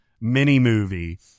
mini-movie